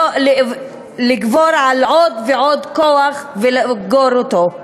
לצבור עוד ועוד כוח ולאגור אותו?